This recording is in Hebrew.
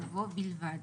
ובו בלבד.